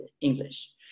English